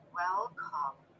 welcome